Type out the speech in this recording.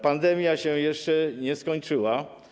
Pandemia się jeszcze nie skończyła.